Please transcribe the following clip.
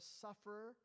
sufferer